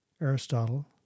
Aristotle